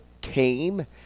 came